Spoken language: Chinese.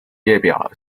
列表